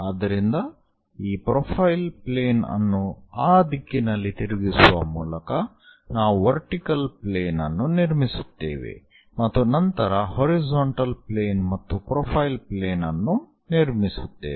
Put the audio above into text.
ಆದ್ದರಿಂದ ಈ profile plane ಅನ್ನು ಆ ದಿಕ್ಕಿನಲ್ಲಿ ತಿರುಗಿಸುವ ಮೂಲಕ ನಾವು ವರ್ಟಿಕಲ್ ಪ್ಲೇನ್ ಅನ್ನು ನಿರ್ಮಿಸುತ್ತೇವೆ ಮತ್ತು ನಂತರ ಹಾರಿಜಾಂಟಲ್ ಪ್ಲೇನ್ ಮತ್ತು ಪ್ರೊಫೈಲ್ ಪ್ಲೇನ್ ಅನ್ನು ನಿರ್ಮಿಸುತ್ತೇವೆ